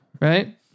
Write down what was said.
Right